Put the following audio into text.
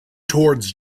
towards